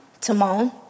Timon